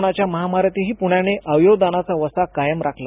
कोरोनाच्या महामारीतही पुण्याने अवावय दनांचा वसा कायम राखला